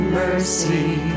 mercy